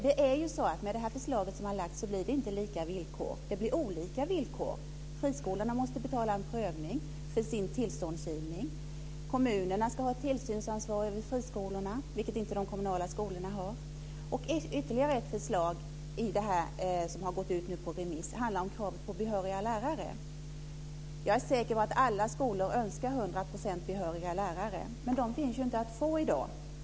Det är ju så att med det förslag som har lagts fram blir det inte lika villkor. Det blir olika villkor. Friskolorna måste betala för en prövning i samband med tillståndsgivningen. Kommunerna ska ha tillsynsansvar över friskolorna. Så är inte fallet beträffande de kommunala skolorna. Ytterligare ett förslag i det som nu har gått ut på remiss handlar om kravet på behöriga lärare. Jag är säker på att alla skolor önskar hundra procent behöriga lärare, men dessa finns ju inte att få tag på i dag.